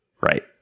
right